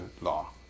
law